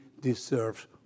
deserves